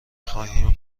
خواهیم